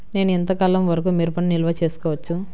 నేను ఎంత కాలం వరకు మిరపను నిల్వ చేసుకోవచ్చు?